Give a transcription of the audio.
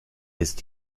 ist